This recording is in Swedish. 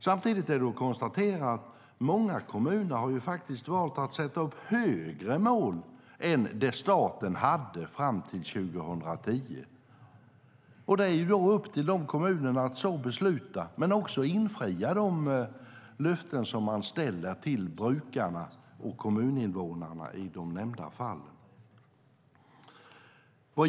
Samtidigt är det att konstatera att många kommuner valt att sätta upp högre mål än det som staten hade fram till 2010. Det är upp till kommunerna att så besluta men också att infria de löften som de ger brukarna och kommuninvånarna i de nämnda fallen.